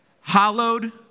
hallowed